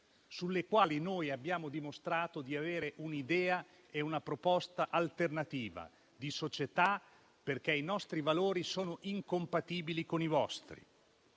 sulle quali noi abbiamo dimostrato di avere un'idea e una proposta alternativa di società, perché i nostri valori sono incompatibili con i vostri.